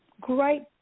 great